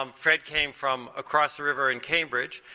um fred came from across the river in cambridge.